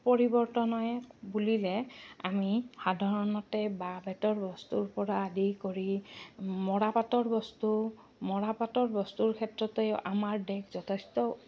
পৰিৱৰ্তন বুলিলে আমি সাধাৰণতে বাঁহ বেতৰ বস্তুৰ পৰা আদি কৰি মৰাপাটৰ বস্তু মৰাপাটৰ বস্তুৰ ক্ষেত্ৰতে আমাৰ দেশ যথেষ্ট